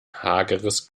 hageres